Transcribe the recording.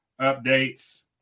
updates